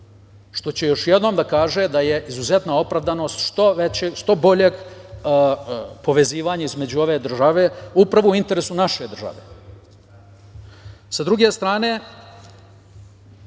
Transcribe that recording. što će još jednom da kaže da je izuzetna opravdanost što boljeg povezivanja između ove države, upravo u interesu naše države. Sa druge strane,